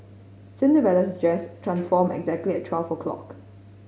Cinderella's dress transformed exactly at twelve o' clock